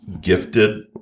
gifted